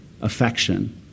affection